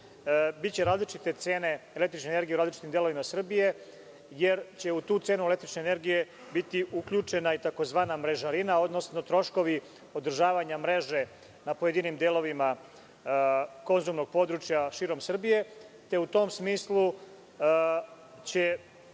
biće različite cene električne energije u različitim delovima Srbije, jer će u tu cenu električne energije biti uključena i takozvana mrežarina, odnosno troškovi održavanja mreže na pojedinim delovima konzumnog područja širom Srbije. U tom smislu će